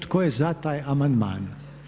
Tko je za taj amandman?